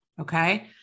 okay